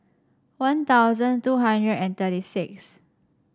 One Thousand two hundred and thirty six